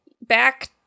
Back